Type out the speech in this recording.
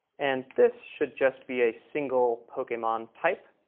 and this should just be a single pokemon type.